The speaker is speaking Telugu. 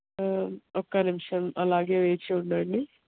ఒక్క నిమిషం అలాగే వేచి ఉండండి